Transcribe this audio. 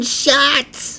shots